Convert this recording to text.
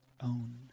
own